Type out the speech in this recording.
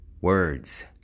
Words